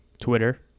Twitter